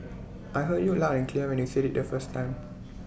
I heard you loud and clear when you said IT the first time